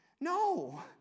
No